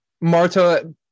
Marta